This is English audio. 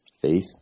faith